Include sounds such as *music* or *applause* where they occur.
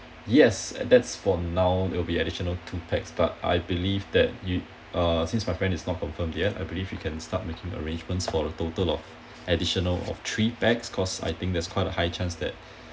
yes that's for now there will be additional two pax but I believe that you uh since my friend is not confirmed yet I believe you can start making arrangements for the total of additional of three pax cause I think that's quite a high chance that *breath*